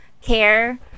care